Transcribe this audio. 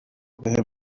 بهم